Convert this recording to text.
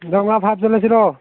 ꯅꯨꯡꯗꯥꯡ ꯉꯥ ꯐꯥꯕ ꯆꯠꯂꯁꯤꯔꯣ